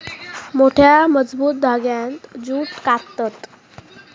मोठ्या, मजबूत धांग्यांत जूट काततत